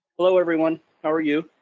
hello everyone, how are you?